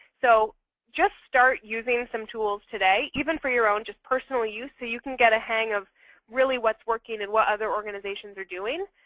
so just start using some tools today, even for your own just personal use so you can get a hang of really what's working and what other organizations are doing.